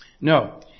No